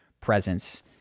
presence